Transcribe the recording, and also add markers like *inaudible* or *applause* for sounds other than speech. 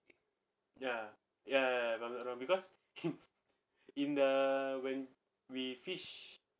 ya ya ya if I'm not wrong because *laughs* in the when we fish